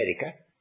America